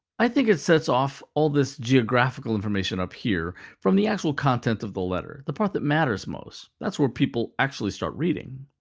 i think it sets off all this geographical information up here from the actual content of the letter, the part that matters most. that's where people actually start reading.